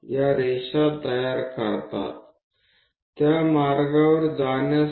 આ લીટીઓ છેલ્લે સુધી બેઝ સુધી જાય છે